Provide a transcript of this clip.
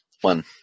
One